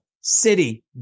City